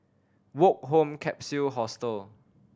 Woke Home Capsule Hostel